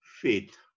faith